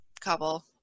couple